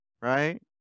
right